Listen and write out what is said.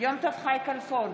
יום טוב חי כלפון,